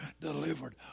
delivered